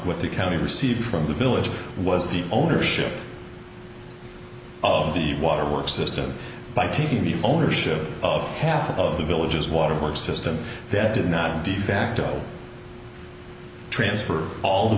with the county received from the village was the ownership of the waterworks system by taking the ownership of half of the villages water for a system that did not de facto transfer all the